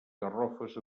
garrofes